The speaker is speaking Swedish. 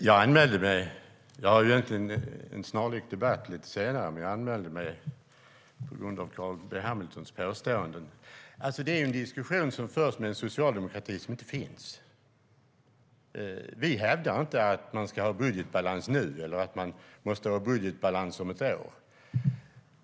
Herr talman! Jag ska ha en snarlik interpellationsdebatt lite senare, men jag vill göra ett inlägg på grund av Carl B Hamiltons påståenden. Det är ju en diskussion som förs med en socialdemokrati som inte finns. Vi hävdar inte att man ska ha budgetbalans nu eller att man måste ha budgetbalans om ett år.